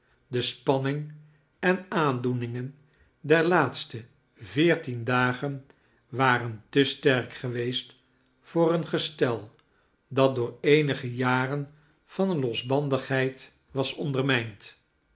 de spanning en aandoeningen der laatste veertien dagen waren te sterk geweest voor een gestel dat door eenige jaren van losbandigheid was ondermijnd